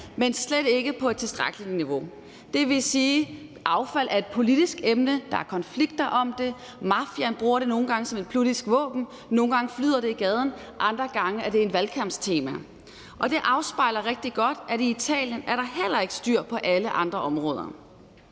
men slet ikke på et tilstrækkeligt niveau. Det vil sige, at affald er et politisk emne; der er konflikter om det; mafiaen bruger det nogle gange som et politisk våben; nogle gange flyder det i gaden, andre gange er det et valgkampstema. Og det afspejler rigtig godt, at i Italien er der heller ikke styr på alle andre områder.